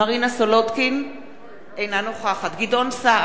אינה נוכחת גדעון סער,